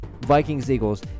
Vikings-Eagles